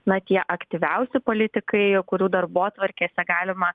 na tie aktyviausi politikai kurių darbotvarkėse galima